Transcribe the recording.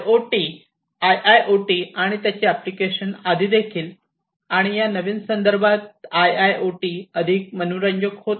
IIoT आणि त्याचे application आधी देखील आणि या नवीन संदर्भात आयआयओटी अधिक मनोरंजक होते